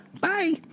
Bye